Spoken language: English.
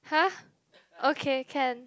!huh! okay can